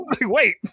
wait